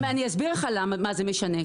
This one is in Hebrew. אני אסביר לך מה זה משנה,